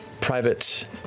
private